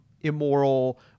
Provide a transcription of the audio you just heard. immoral